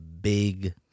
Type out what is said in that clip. big